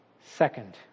second